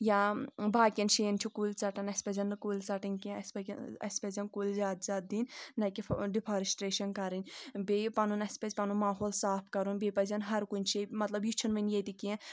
یا بَاقیَن جایَن چِھ کُلۍ ژٹان اَسہِ پَزَن نہٕ کُلۍ ژَٹٕنۍ کینٛہہ اَسہِ اسہِ پَزَن کُلۍ زیادٕ زیادٕ دِنۍ نہ کہِ ڈِفارِیٚسٹریٚشَن کرٕنۍ بیٚیہِ پَنُن اَسہِ پزِ پَنُن ماحُول صاف کَرُن بیٚیہِ پزن ہَر کُنہِ جایہِ مطلب یہِ چھُنہٕ وٕنہِ ییٚتہِ کینٛہہ